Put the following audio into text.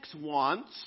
wants